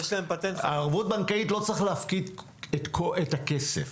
בערבות בנקאית לא צריך להפקיד את הכסף,